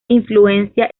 influencia